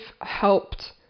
helped